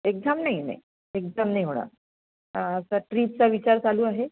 exam नाही नाही exam नाही होणार तर ट्रीपचा विचार चालू आहे